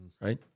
Right